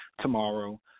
tomorrow